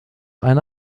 eine